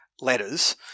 letters